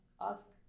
ask